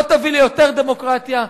לא תביא ליותר דמוקרטיה,